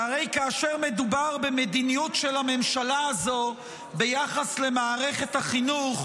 שהרי כאשר מדובר במדיניות של הממשלה הזו ביחס למערכות החינוך,